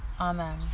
Amen